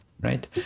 right